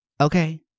okay